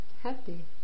happy